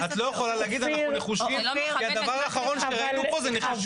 את לא יכולה להגיד 'אנחנו נחושים' כי הדבר האחרון שראינו פה זה נחישות.